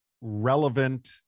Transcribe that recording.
relevant